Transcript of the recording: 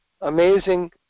amazing